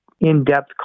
in-depth